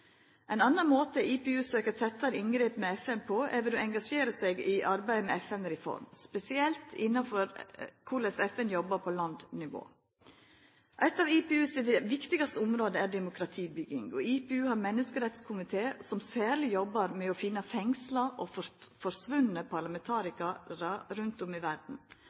Ein annan måte IPU søkjer tettare inngrep med FN på, er ved å engasjera seg i arbeidet med FN-reform, spesielt innanfor korleis FN jobbar på landnivå. Eit av IPU sine viktigaste område er demokratibygging. IPU har ein menneskerettskomité som særleg jobbar med å finna fengsla og forsvunne parlamentarikarar rundt om i